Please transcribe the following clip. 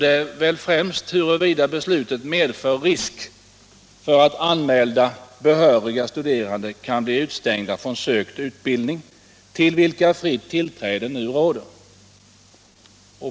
Den har främst gällt frågan huruvida beslutet medför risk för att anmälda behöriga studerande kan bli utestängda från sökt utbildning, till vilken fritt tillträde nu råder.